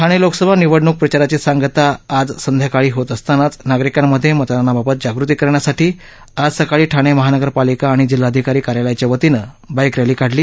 ठाणे लोकसभा निवडणूक प्रचाराची सांगता आज सायंकाळी होत असतांनाच नागरिकांमध्ये मतदानाबाबत जागृती करण्यासाठी आज सकाळी ठाणे महापालिका आणि जिल्हाधिकारी कार्यालयाच्या वतीनं बाईक रॅली काढली